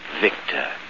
Victor